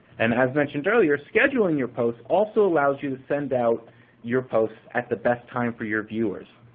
and as mentioned earlier, scheduling your post also allows you to send out your posts at the best time for your viewers.